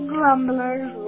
Grumbler's